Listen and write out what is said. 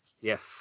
Yes